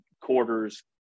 quarters